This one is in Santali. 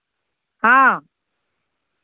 ᱦᱚᱸ